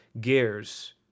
gears